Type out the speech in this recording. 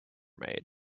made